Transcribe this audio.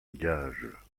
gage